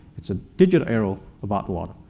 it's a digital era about water.